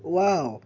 wow